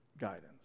guidance